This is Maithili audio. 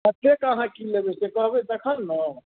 कतेक अहाँ की लेबै से कहबै तखन ने